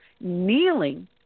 kneeling